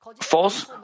false